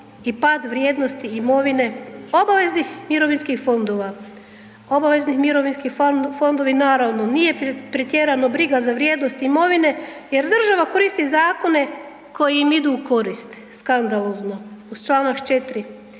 i pad vrijednosti imovine obaveznih mirovinskih fondova. Obavezni mirovinski fondovi naravno nije pretjerano briga za vrijednost imovine jer država koristi zakone koji im idu u korist, skandalozno. Uz čl. 4.,